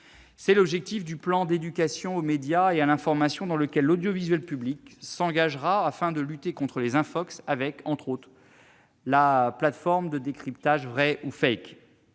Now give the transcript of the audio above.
est l'objectif du plan d'éducation aux médias et à l'information, dans lequel l'audiovisuel public s'engagera afin de lutter contre les infox, grâce, entre autres, à la plateforme de décryptage « vrai ou ».